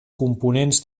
components